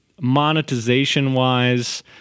Monetization-wise